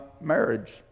marriage